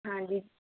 ਹਾਂਜੀ